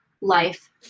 life